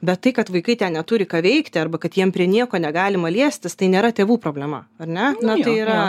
bet tai kad vaikai ten neturi ką veikti arba kad jam prie nieko negalima liestis tai nėra tėvų problema ar ne na tai yra